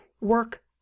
work